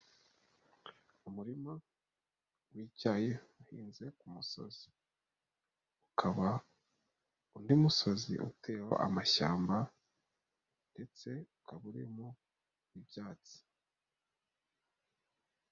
Umurima wi'icyayi uhinze kumusozi, hakaba undi musozi uteyeho amashyamba ndetse ukaba urimo ibyatsi.